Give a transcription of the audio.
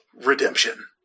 redemption